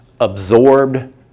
absorbed